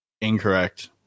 Incorrect